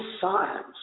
science